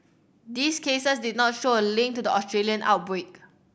these cases did not show a link to the Australian outbreak